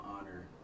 honor